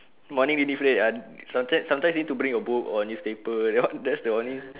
morning reading period ah sometimes sometimes need to bring a book or newspaper that one that's the only